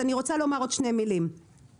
גם בשביל דייר שקיבל צו